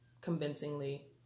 convincingly